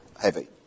heavy